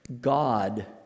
God